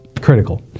critical